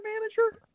manager